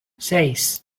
seis